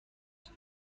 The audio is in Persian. چیزی